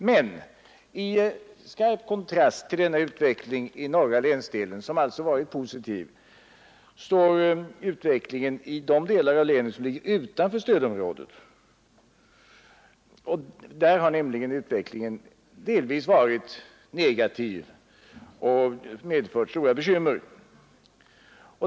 Men i skarp kontrast till denna positiva utveckling i den norra länsdelen, står utvecklingen i de delar av länet som ligger utanför stödområdet. Där har nämligen utvecklingen delvis varit negativ och medfört stora bekymmer.